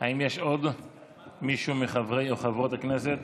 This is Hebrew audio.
האם יש עוד מישהו מחברי או חברות הכנסת